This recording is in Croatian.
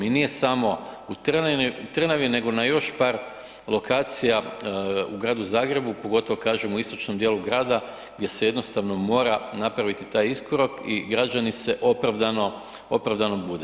I nije samo u Trnavi nego na još par lokacija u gradu Zagrebu pogotovo kažem u istočnom djelu grada gdje se jednostavno mora napraviti taj iskorak i građani se opravdano bune.